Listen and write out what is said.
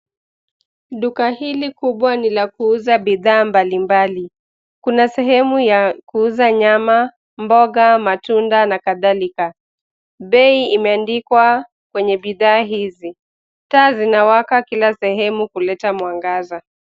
Duka hili kubwa ni la kuuza bidhaa mbalimbali. Kuna sehemu ya kuuza nyama, mboga, matunda na kadhalika. Bei imeandikwa kwenye bidhaa hizi. Taa zinawaka kila sehemu kuleta mwangaza.